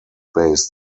based